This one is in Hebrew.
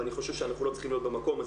ואני חושב שאנחנו לא צריכים להיות במקום הזה.